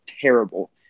terrible